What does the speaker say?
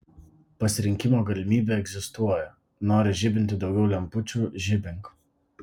pasirinkimo galimybė egzistuoja nori žibinti daugiau lempučių žibink